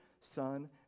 Son